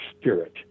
spirit